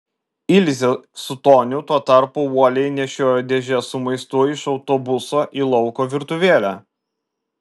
ilzė su toniu tuo tarpu uoliai nešiojo dėžes su maistu iš autobuso į lauko virtuvėlę